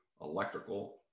electrical